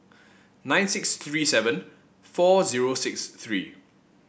nine six three seven four zero six three